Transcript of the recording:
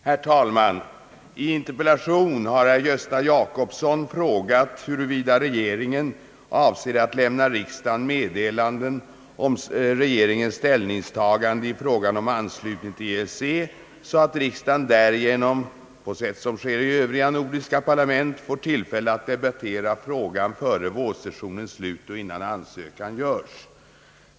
Herr talman! I en interpellation har herr Björkman frågat huruvida regeringen avser att lämna riksdagen meddelande om regeringens ställningstagande i frågan om anslutning till EEC så att riksdagen därigenom — på sätt som sker i övriga nordiska parlament — får tillfälle att debattera frågan före vårsessionens slut och innan ansökan görs.